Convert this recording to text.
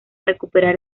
recuperar